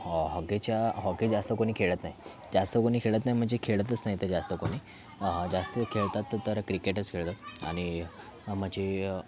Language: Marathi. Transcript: हॉ हॉकीच्या हॉकी जास्त कोणी खेळत नाही जास्त कोणी खेळत नाही म्हणजे खेळतच नाही इथे जास्त कोणी जास्त खेळतात तर क्रिकेटच खेळतात आणि म्हणजे